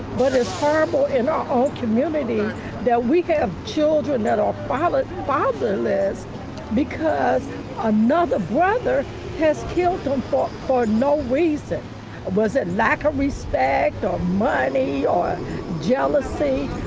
but it's horrible in our own community that we have children that are followed fatherless because another brother has killed um for for no reason was a lack of respect or money or jealousy.